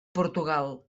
portugal